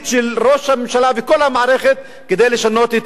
הממשלה וכל המערכת כדי לשנות את המציאות הזאת?